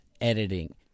editing